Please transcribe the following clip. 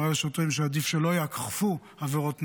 זה אומר לשוטרים שעדיף שלא יאכפו עבירות תנועה,